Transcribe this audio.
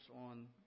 on